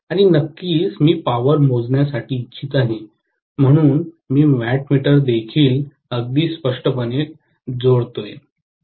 आणि नक्कीच मी पॉवर मोजण्यासाठी इच्छित आहे म्हणून मी वॅटमीटर देखील अगदी स्पष्टपणे कनेक्ट करेन